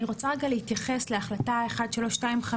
אני רוצה להתייחס להחלטה 1325,